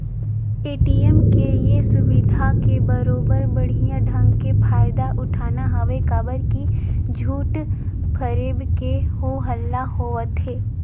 ATM के ये सुबिधा के बरोबर बड़िहा ढंग के फायदा उठाना हवे काबर की झूठ फरेब के हो हल्ला होवथे